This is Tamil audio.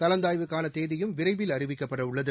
கலந்தாய்வுக்கானதேதியும் விரைவில் அறிவிக்கப்படஉள்ளது